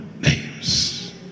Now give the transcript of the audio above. names